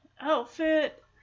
outfit